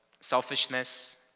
selfishness